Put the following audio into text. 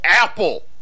Apple